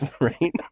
Right